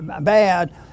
bad